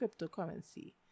cryptocurrency